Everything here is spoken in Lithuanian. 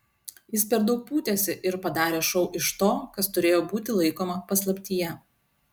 jis per daug pūtėsi ir padarė šou iš to kas turėjo būti laikoma paslaptyje